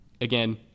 again